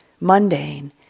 mundane